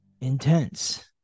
intense